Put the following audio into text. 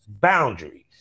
boundaries